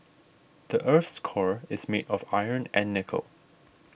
the earth's core is made of iron and nickel